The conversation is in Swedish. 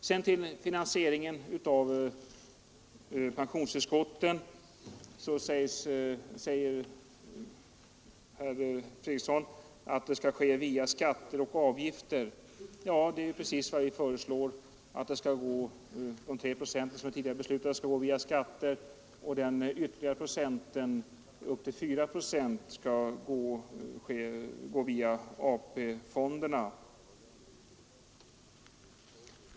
Sedan säger herr Fredriksson att finansieringen av pensionstillskotten skall ske via skatter och avgifter. Ja, det är precis vad vi föreslår, nämligen att de tidigare beslutade 3 procenten skall tas ut via skatter och att procentenheten upp till 4 procent skall finansieras via AP-fonderna.